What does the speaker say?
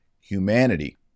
humanity